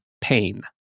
pain